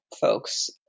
folks